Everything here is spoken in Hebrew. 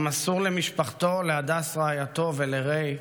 המסור למשפחתו, להדס רעייתו ולריי